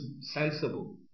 sensible